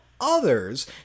others